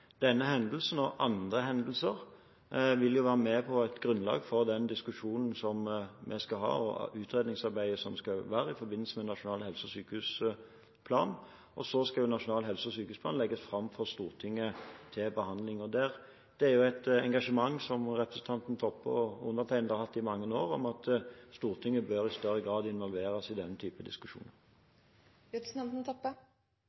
Denne hendelsen, og andre hendelser, vil være med på å gi et grunnlag for den diskusjonen som vi skal ha, og det utredningsarbeidet som skal være i forbindelse med nasjonal helse- og sykehusplan. Og så skal nasjonal helse- og sykehusplan legges fram for Stortinget til behandling. Dette er et engasjement som representanten Toppe og undertegnede har hatt i mange år, at Stortinget i større grad bør involveres i denne type diskusjoner.